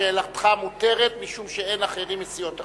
שאלתך מותרת משום שאין אחרים מסיעות אחרות.